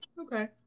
Okay